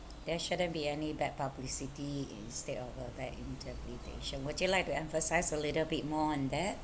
there shouldn't be any bad publicity instead of a bad interpretation would you like to emphasize a little bit more on that